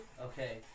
Okay